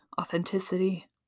authenticity